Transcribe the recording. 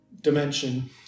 dimension